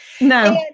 No